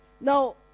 Now